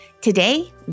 Today